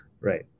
Right